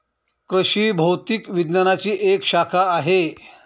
कृषि भौतिकी विज्ञानची एक शाखा आहे